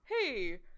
hey